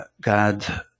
God